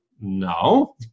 no